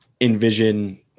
envision